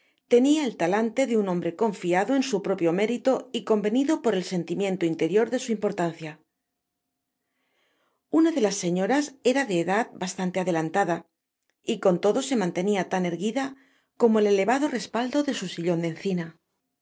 tenia el talante de un hombre confiado en su propio mérito y convenido por el sentimiento interior de su importancia la una de las señoras era de edad y bastante adelantada y con todo se manlenia tan erguida como el elevado respaldo de su sillon de encina